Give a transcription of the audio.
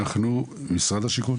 אנחנו עם משנה למנכ"ל משרד השיכון